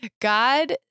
God